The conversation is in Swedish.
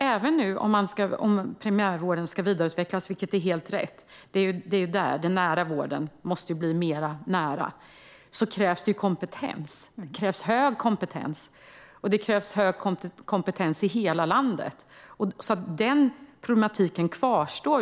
Även om primärvården ska utvecklas, vilket är helt rätt eftersom den nära vården måste bli mer nära, krävs det hög kompetens i hela landet. Denna problematik kvarstår.